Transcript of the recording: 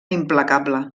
implacable